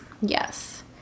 Yes